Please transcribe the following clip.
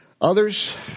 Others